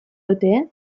ote